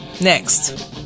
Next